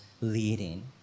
leading